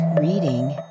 reading